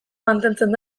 mantentzen